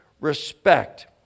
respect